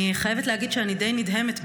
אני חייבת להגיד שאני די נדהמת.